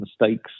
mistakes